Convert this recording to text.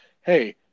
hey